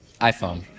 iPhone